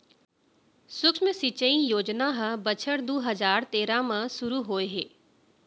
सुक्ष्म सिंचई योजना ह बछर दू हजार तेरा म सुरू होए हे